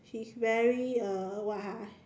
she's very uh what ah